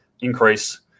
increase